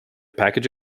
package